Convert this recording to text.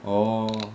oh